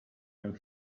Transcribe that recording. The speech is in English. man